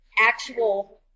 actual